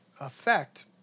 effect